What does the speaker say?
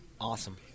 Awesome